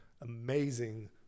amazing